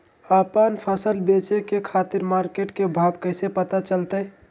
आपन फसल बेचे के खातिर मार्केट के भाव कैसे पता चलतय?